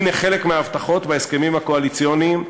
הנה חלק מההבטחות בהסכמים הקואליציוניים,